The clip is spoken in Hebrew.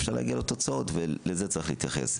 אז אפשר להגיע לתוצאות ולזה צריך להתייחס.